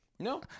No